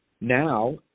Now